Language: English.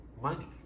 Money